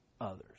others